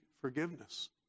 forgiveness